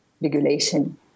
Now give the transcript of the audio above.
regulation